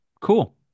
cool